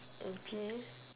and pee